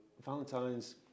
Valentine's